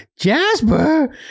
Jasper